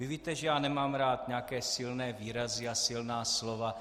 Vy víte, že nemám rád nějaké silné výrazy a silná slova.